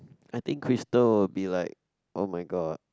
I think Crystal will be like oh-my-god